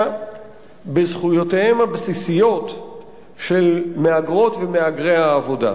בזכויותיהם הבסיסיות של מהגרות ומהגרי העבודה.